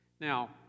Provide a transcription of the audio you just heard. Now